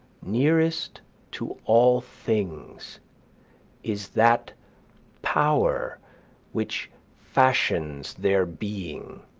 nearest to all things is that power which fashions their being.